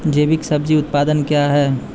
जैविक सब्जी उत्पादन क्या हैं?